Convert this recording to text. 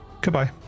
Goodbye